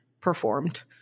performed